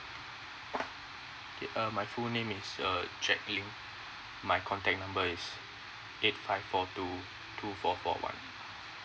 uh my full name is err jack lin my contact number is eight five four two two four four one